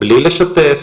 בלי לשתף,